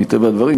מטבע הדברים,